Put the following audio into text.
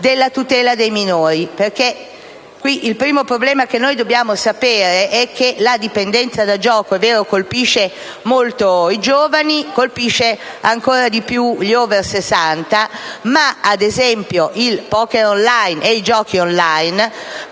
tutela dei minori.